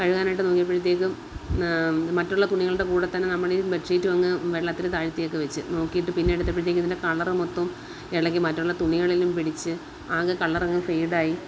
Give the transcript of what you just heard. കഴുകാനായിട്ട് നോക്കിയപ്പോഴത്തേക്കും മറ്റുള്ള തുണികളുടെ കൂടെതന്നെ നമ്മൾ ഈ ബെഡ്ഷീറ്റും അങ്ങ് വെള്ളത്തിൽ താഴ്ത്തിയൊക്കെ വച്ച് നോക്കിയിട്ട് പിന്നെ എടുത്തപ്പോഴത്തേക്ക് ഇതിൻ്റെ കളറ് മൊത്തവും ഇളകി മറ്റുള്ള തുണികളിലും പിടിച്ച് ആകെ കളർ അങ്ങ് ഫെയ്ഡായി